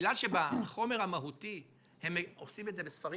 בגלל שבחומר המהותי הם עושים את זה בספרים